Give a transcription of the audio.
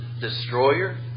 Destroyer